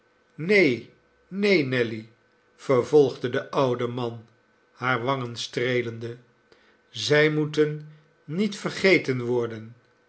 neen neen nelly vervolgde de oude man hare wangen streelende zij moeten niet vergeten worden